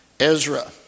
Ezra